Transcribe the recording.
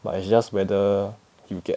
but it's just whether you get